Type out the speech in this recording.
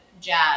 jazz